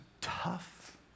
tough